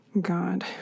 God